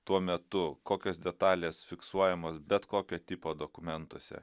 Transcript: tuo metu kokios detalės fiksuojamos bet kokio tipo dokumentuose